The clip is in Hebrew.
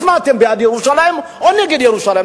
אז מה, אתם בעד ירושלים או נגד ירושלים?